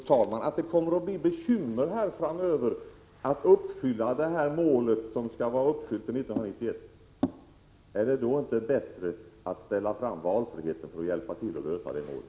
Jag tror att det kommer att bli bekymmer framöver att uppfylla det mål som skall vara uppfyllt till 1991. Är det då inte bättre att ta fram valfriheten för att hjälpa till att uppnå det målet?